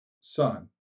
son